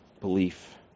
belief